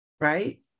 right